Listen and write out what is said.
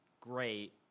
great